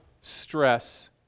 stress